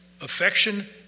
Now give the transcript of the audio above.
affection